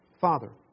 Father